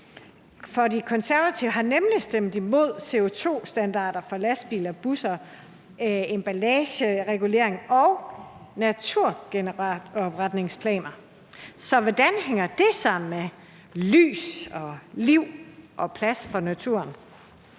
For De Konservative har nemlig stemt imod CO2-standarder for lastbiler og busser, emballageregulering og naturgenopretningsplaner. Så hvordan hænger det sammen med lys og liv og plads for naturen?